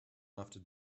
after